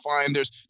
finders